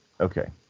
okay